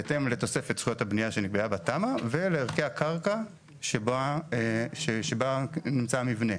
בהתאם לתוספת זכויות הבנייה שנקבעה בתמ"א ולערכי הקרקע שבה נמצא המבנה.